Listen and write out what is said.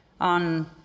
on